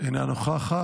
אינה נוכחת.